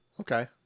Okay